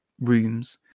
rooms